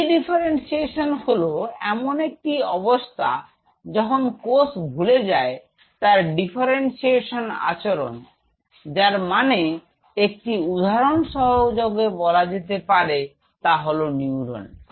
D differentiation হলো এমন একটি অবস্থা যখন কোষ ভুলে যায় তার ডিফারেন্সিয়েশন আচরণ যার মানে একটি উদাহরণ সহযোগে বলা যেতে পারে তা হল নিউরন